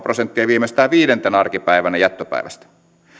prosenttia viimeistään viidentenä arkipäivänä jättöpäivästä